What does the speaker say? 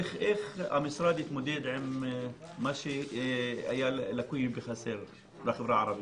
איך המשרד התמודד עם מה שהיה לקוי בחסר בחברה הערבית?